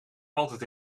altijd